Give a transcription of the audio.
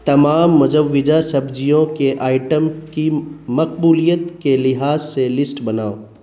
تمام متوجہ سبزیوں کے آئٹم کی مقبولیت کے لحاظ سے لسٹ بناؤ